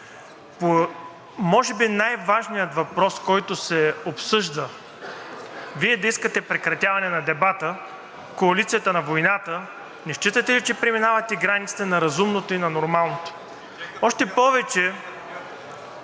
може би най-важния въпрос, който се обсъжда, Вие да искате прекратяване на дебата, коалицията на войната, не считате ли, че преминавате границите на разумното и нормалното? Още повече,